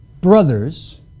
Brothers